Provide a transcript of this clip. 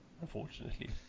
unfortunately